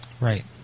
Right